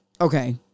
Okay